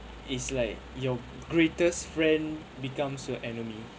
is like your greatest friend becomes your enemy